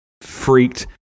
freaked